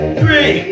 three